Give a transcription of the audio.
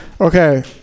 Okay